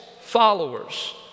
followers